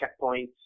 checkpoints